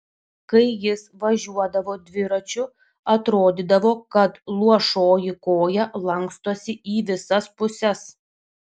kai jis važiuodavo dviračiu atrodydavo kad luošoji koja lankstosi į visas puses